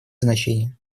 значение